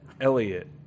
Elliot